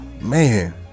man